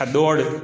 આ દોડ